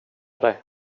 dig